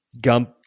Gump